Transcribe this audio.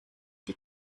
die